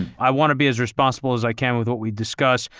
i want to be as responsible as i can with what we discuss.